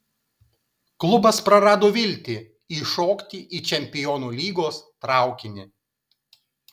klubas prarado viltį įšokti į čempionų lygos traukinį